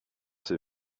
ces